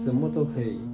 mm